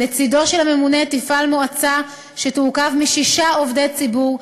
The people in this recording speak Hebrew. לצדו של הממונה תפעל מועצה שתורכב משישה עובדי ציבור,